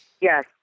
Yes